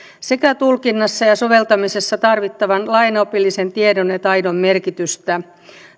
sekä tulkinnassa ja soveltamisessa tarvittavan lainopillisen tiedon ja taidon merkitystä